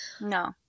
No